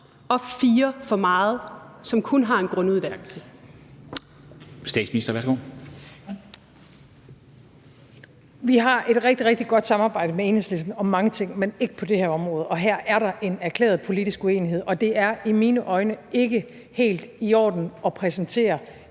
(Mette Frederiksen): Vi har et rigtig, rigtig godt samarbejde med Enhedslisten om mange ting, men ikke på det her område, og her er der en erklæret politisk uenighed. Det er i mine øjne ikke helt i orden at præsentere